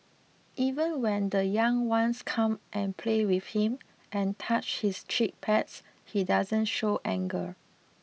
even when the young ones come and play with him and touch his cheek pads he doesn't show anger